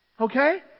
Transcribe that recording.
Okay